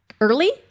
Early